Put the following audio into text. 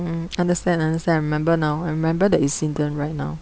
mm understand understand I remember now I remember that incident right now